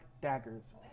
daggers